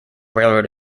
railroad